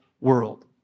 world